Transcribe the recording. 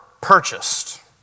purchased